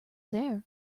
there